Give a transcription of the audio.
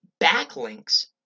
backlinks